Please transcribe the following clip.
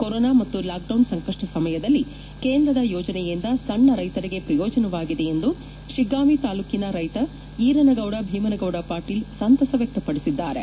corona ಮತ್ತು lockdown ಸಂಕಷ್ಟ ಸಮಯದಲ್ಲಿ ಕೇಂದ್ರದ ಯೋಜನೆಯಿಂದ ಸಣ್ಣ ರೈತರಿಗೆ ಪ್ರಯೋಜನವಾಗಿದೆ ಎಂದು ಶಿಗ್ನಾಂವಿ ತಾಲೂಕಿನ ರೈತ ಈರನಗೌಡ ಭೀಮನಗೌಡ ಪಾಟೀಲ್ ಸಂತಸ ವ್ಯಕ್ತಪಡಿಸಿದ್ದಾರೆ